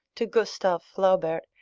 to gustave flaubert,